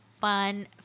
fun